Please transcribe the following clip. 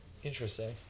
interesting